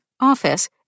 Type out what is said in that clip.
Office